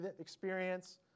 experience